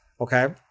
Okay